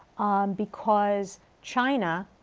because china,